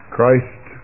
Christ